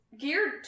Geared